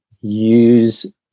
use